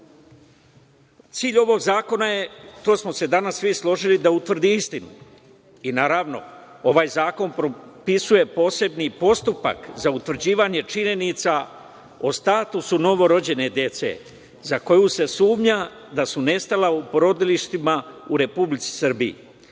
ovog zakona je, to smo se danas svi složili, da utvrdi istinu. Naravno, ovaj zakon propisuje posebni postupak za utvrđivanje činjenica o statusu novorođene dece za koju se sumnja da su nestala u porodilištima u Republici